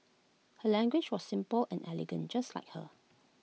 her language was simple and elegant just like her